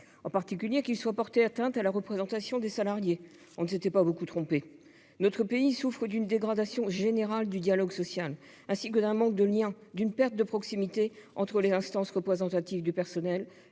en particulier qu'il soit porté atteinte à la représentation des salariés. Nous ne sommes pas beaucoup trompés ! Notre pays souffre d'une dégradation générale du dialogue social, ainsi que d'un manque de lien, d'une perte de proximité entre les IRP et les salariés qu'elles